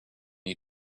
you